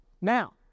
now